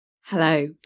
Hello